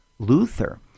Luther